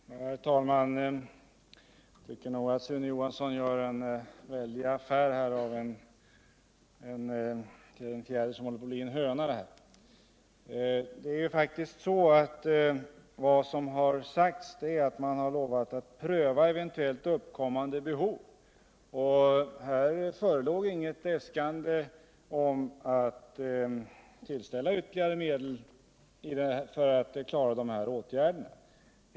Herr talman! Jag tycker nog att Sune Johansson gör en väldig aftär av den fjäder som håller på att bli en höna. Vad som sagts är att man lovat pröva eventuellt uppkommande behov. Här förelåg inte något äskande om att tillställa ytterligare medel för dessa åtgärder.